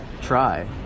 try